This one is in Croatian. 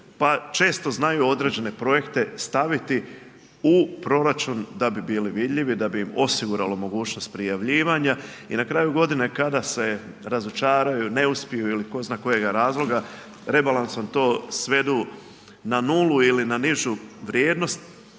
često znaju određene projekte staviti u proračun da bi bili vidljivi, da bi im osiguralo mogućnost prijavljivanja. I na kraju godine kada se razočaraju, ne uspiju ili tko zna kojega razloga rebalansom to svedu na nulu ili na nižu vrijednost.